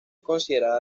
considerada